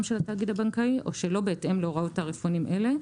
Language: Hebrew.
של התאגיד הבנקאי או שלא בהתאם להוראות תעריפונים אלה,